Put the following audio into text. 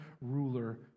ruler